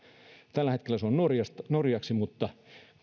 tällä hetkellä se on norjaksi mutta